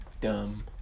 dumb